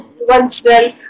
oneself